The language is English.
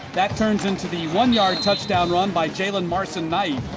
that turns into the one-yard touchdown run by jaylen marson-knight.